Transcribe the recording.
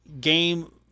game